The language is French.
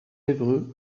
évreux